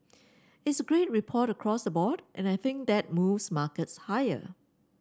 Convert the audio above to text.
it's a great report across the board and I think that moves markets higher